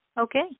Okay